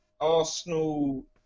Arsenal